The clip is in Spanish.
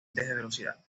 velocidad